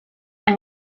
and